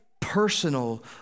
Personal